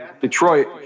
Detroit